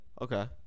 Okay